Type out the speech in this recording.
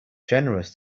generous